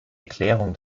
erklärung